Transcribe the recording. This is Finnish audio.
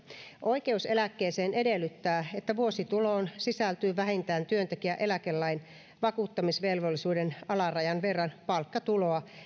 oikeus eläkkeeseen edellyttää että vuosituloon sisältyy vähintään työntekijän eläkelain vakuuttamisvelvollisuuden alarajan verran palkkatuloa